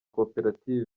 koperative